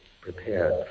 prepared